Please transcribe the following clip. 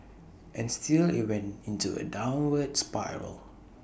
and still IT went into A downward spiral